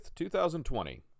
2020